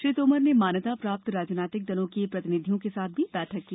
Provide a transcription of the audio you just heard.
श्री तोमर ने मान्यता प्राप्त राजनीतिक दलों के प्रतिनिधियों के साथ भी बैठक की